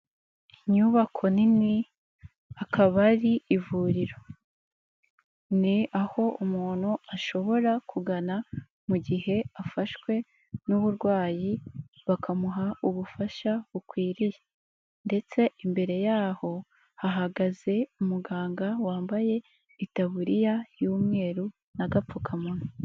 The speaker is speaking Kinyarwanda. Inyubako nini akaba ari ivuriro, ni aho umuntu ashobora kugana mu gihe afashwe n'uburwayi bakamuha ubufasha bukwiriye ndetse imbere yaho hagaze umuganga wambaye itaburiya y'umweru n'agapfukamunwa.